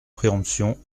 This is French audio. préemption